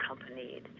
accompanied